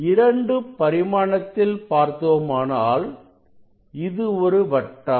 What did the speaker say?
இரண்டு பரிமாணத்தில் பார்த்தோமானால் இது ஒரு வட்டம்